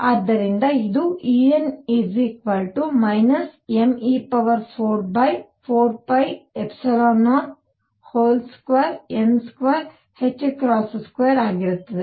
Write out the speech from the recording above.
ಆದ್ದರಿಂದ ಇದು En me44π02n22ಆಗಿರುತ್ತದೆ